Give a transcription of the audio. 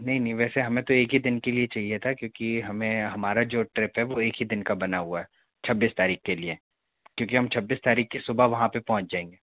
नहीं नहीं वैसे हमें तो एक ही दिन के लिए चाहिए था क्योंकि हमें हमारा जो ट्रिप है वो एक ही दिन का बना हुआ है छब्बीस तारीख के लिए क्योंकि हम छब्बीस तारीख की सुबह वहाँ पे पहुँच जाएंगे